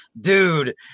dude